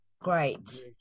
Great